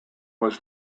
was